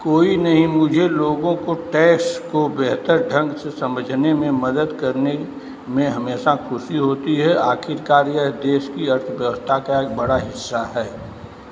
कोई नहीं मुझे लोगों को टैक्स को बेहतर ढंग से समझने में मदद करने में हमेशा ख़ुशी होती है आख़िरकार यह देश की अर्थव्यवस्था का एक बड़ा हिस्सा है